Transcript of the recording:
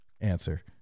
answer